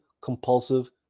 compulsive